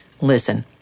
Listen